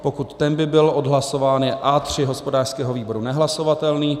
Pokud ten by byl odhlasován, je A3 hospodářského výboru nehlasovatelný.